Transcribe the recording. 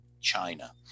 China